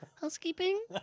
housekeeping